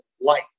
light